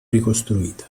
ricostruita